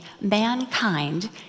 mankind